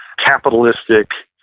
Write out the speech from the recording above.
capitalistic,